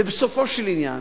בסופו של עניין,